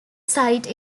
site